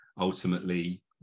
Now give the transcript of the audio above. Ultimately